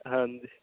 ਹਾਂਜੀ